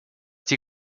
die